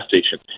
station